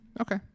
okay